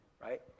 right